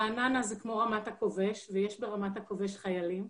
רעננה זה כמו רמת הכובש, ויש ברמת הכובש חיילים.